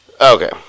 Okay